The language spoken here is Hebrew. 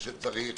כשצריך.